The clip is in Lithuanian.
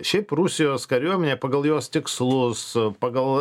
šiaip rusijos kariuomenė pagal jos tikslus pagal